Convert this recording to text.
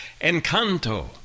Encanto